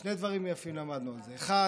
שני דברים יפים למדנו על זה: אחד,